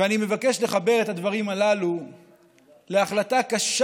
ואני מבקש לחבר את הדברים הללו להחלטה קשה